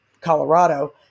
Colorado